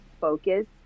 focus